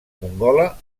mongola